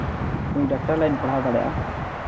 ᱩᱱᱤ doctor line ᱯᱟᱲᱦᱟᱣ ᱫᱟᱲᱮᱭᱟᱜᱼᱟ